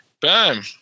Bam